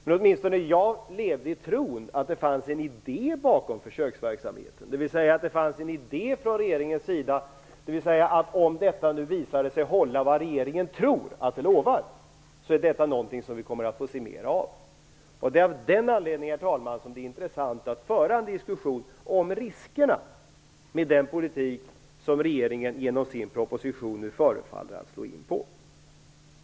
Men åtminstone jag levde i tron att det fanns en idé bakom försöksverksamheten från regeringens sida, dvs. att om detta visar sig hålla vad regeringen tror att det skall hålla så kommer vi att få se mer av det. Av den anledningen, herr talman, är det intressant att föra en diskussion om riskerna med den politik som regeringen genom sin proposition nu förefaller att vilja föra.